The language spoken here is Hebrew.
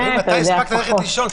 מתי הספקת ללכת לישון?